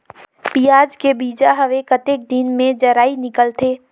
पियाज के बीजा हवे कतेक दिन मे जराई निकलथे?